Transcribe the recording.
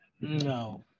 No